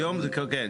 כן.